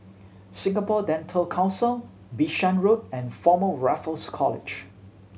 Singapore Dental Council Bishan Road and Former Raffles College